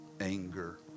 anger